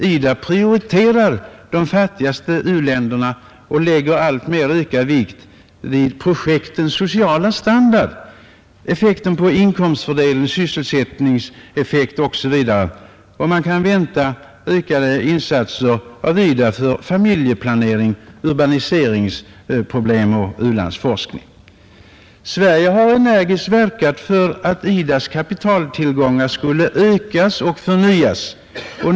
IDA prioriterar de fattigaste u-länderna, lägger alltmer ökad vikt vid projektens sociala standard, effekten på inkomstfördelning, sysselsättningseffekten, osv. Man kan vänta ökade insatser av IDA för familjeplanering och när det gäller urbaniseringsproblem och u-landsforskning. Sverige har energiskt verkat för att IDA :s kapitaltillgångar skulle ökas och förnyas.